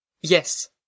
Yes